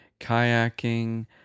kayaking